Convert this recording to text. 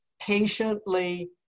patiently